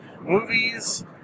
movies